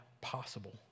possible